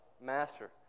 master